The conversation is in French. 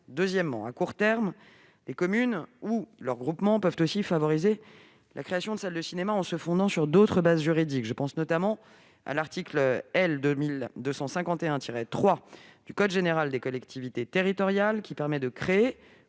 Deuxièmement, à court terme, les communes ou leurs groupements peuvent aussi favoriser la création de salles de cinéma en se fondant sur d'autres bases juridiques. Je pense notamment à l'article L. 2251-3 du code général des collectivités territoriales, qui permet de créer